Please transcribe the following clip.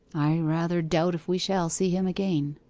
i rather doubt if we shall see him again